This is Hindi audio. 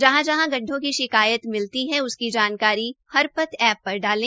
जहां जहां गड्ढों की शिकायत मिलती है उसकी जानकारी हरपथ एप्प पर डाले